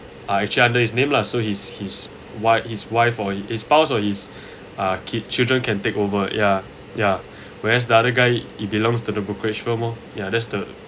are actually under his name lah so he's he's why his wife or his spouse or his uh kid children can take over ya ya whereas the other guy it belongs to the brokerage firm oh ya that's the